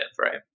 Right